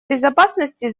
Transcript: безопасности